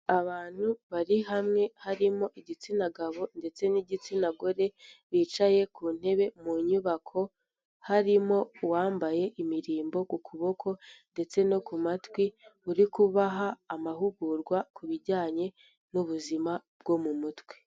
Abantu bari hamwe harimo igitsina gabo ndetse n'igitsina gore, bicaye ku ntebe mu nyubako, harimo uwambaye imirimbo ku kuboko ndetse no ku matwi uri kubaha amahugurwa ku bijyanye n'ubuzima bwo mu mutwe.